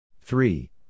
three